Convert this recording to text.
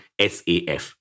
SAF